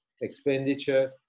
expenditure